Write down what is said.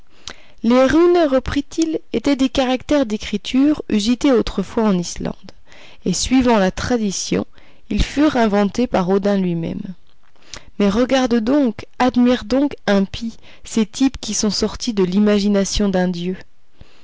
les runes reprit-il étaient des caractères d'écriture usités autrefois en islande et suivant la tradition ils furent inventés par odin lui-même mais regarde donc admire donc impie ces types qui sont sortis de l'imagination d'un dieu